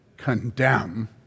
Condemn